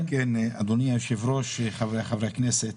אדוני היושב-ראש, חבריי חברי הכנסת.